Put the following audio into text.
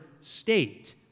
state